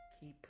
keep